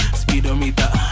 speedometer